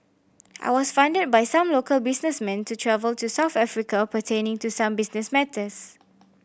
I was funded by some local businessmen to travel to South Africa pertaining to some business matters